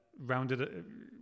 rounded